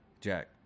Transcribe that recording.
Jack